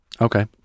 Okay